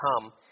come